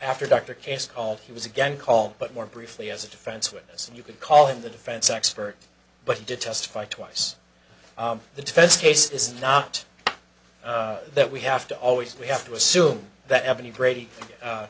after dr case called he was again called but more briefly as a defense witness and you could call him the defense expert but he did testify twice the defense case is not that we have to always we have to assume that